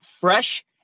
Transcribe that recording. fresh